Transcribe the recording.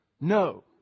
no